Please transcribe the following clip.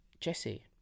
Jesse